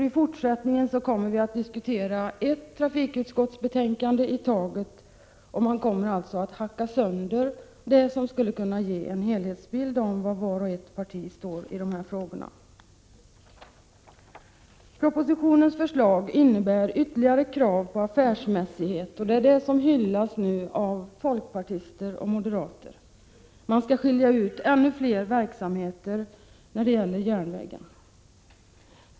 I fortsättningen kommer vi att diskutera ett trafikutskottsbetänkande i taget — det som skulle kunna ge en helhetsbild av var varje parti står i dessa frågor kommer alltså att hackas sönder. Förslaget i propositionen innebär ytterligare krav på affärsmässighet, och det är det som nu hyllas av folkpartister och moderater. Ännu fler verksamheter skall skiljas ut när det gäller järnvägen.